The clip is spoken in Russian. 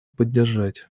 поддержать